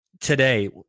today